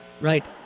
right